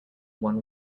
one